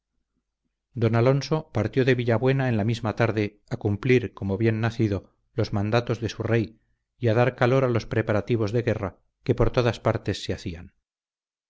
don alonso partió de villabuena en la misma tarde a cumplir como bien nacido los mandatos de su rey y a dar calor a los preparativos de guerra que por todas partes se hacían